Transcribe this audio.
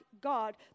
God